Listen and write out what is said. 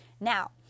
now